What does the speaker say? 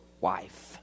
wife